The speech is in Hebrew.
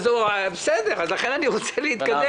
ולכן אני רוצה להתקדם,